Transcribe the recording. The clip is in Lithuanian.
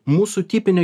mūsų tipinė